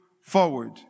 forward